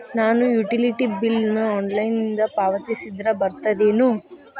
ನಾನು utility bill ನ ಆನ್ಲೈನಿಂದ ಪಾವತಿಸಿದ್ರ ಬರ್ತದೇನು?